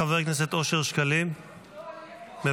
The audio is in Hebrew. חבר הכנסת אושר שקלים, מוותר,